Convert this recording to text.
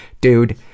dude